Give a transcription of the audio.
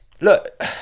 Look